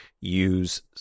use